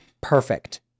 perfect